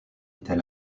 était